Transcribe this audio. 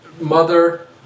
mother